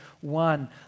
one